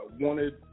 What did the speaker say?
Wanted